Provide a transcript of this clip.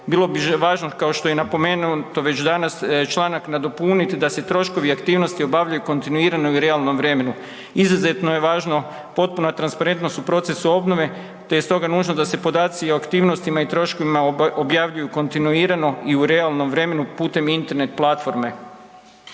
Bilo bi važno kao što je napomenuo i to već danas, članak nadopunit da se troškovi i aktivnosti obavljaju kontinuirano i u realnom vremenu. Izuzetno je važna potpuna transparentnost u procesu obnove te je stoga nužno da podaci o aktivnostima i troškovima objavljuju kontinuirano i u realnom vremenu putem Internet platforme.